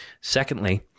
Secondly